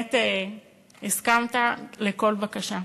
ובאמת הסכמת לכל בקשה.